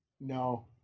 No